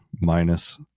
minus